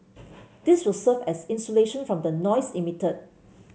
this will serve as insulation from the noise emitted